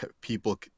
people